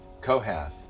Kohath